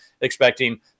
expecting